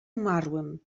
umarłym